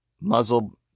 muzzle